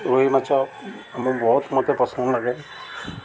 ରୋହି ମାଛ ଆମକୁ ବହୁତ ମତେ ପସନ୍ଦ ଲାଗେ